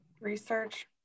research